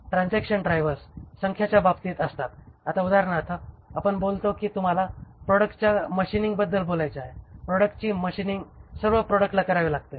transaction drivers संख्यांच्या बाबतीत असतात आता उदाहरणार्थ याबद्दल बोलतो की तुम्हाला प्रॉडक्टच्या मशिनिंगबद्दल बोलायचे आहे प्रॉडक्टची मशीनींग सर्व प्रॉडक्टला करावी लागेल